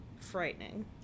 frightening